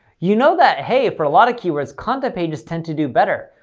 you know that hey, for a lot of key words, content pages tend to do better,